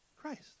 Christ